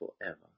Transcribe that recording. forever